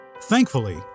Thankfully